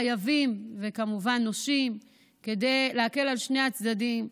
חייבים, כדי להקל על שני הצדדים,